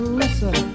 listen